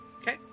Okay